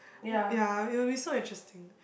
ya it would be so interesting